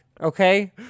okay